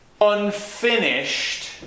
unfinished